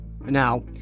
Now